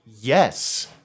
yes